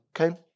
okay